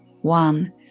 One